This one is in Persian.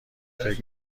فکر